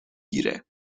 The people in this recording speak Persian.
گیره